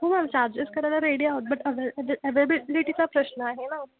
हो ma'am charges करायला ready आहोत बट अवे अवेबिलिटीचा प्रश्न आहे ना